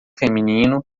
feminino